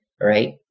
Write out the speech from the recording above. Right